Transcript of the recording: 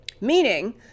Meaning